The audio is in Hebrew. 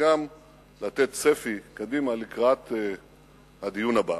וגם לתת צפי קדימה לקראת הדיון הבא.